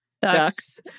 ducks